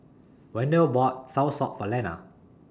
Wendell bought Soursop For Lenna